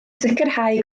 sicrhau